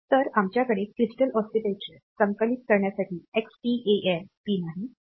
तर आमच्याकडे crystal oscillator संकलित करण्यासाठी XTAL पिन आहे